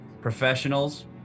professionals